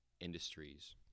industries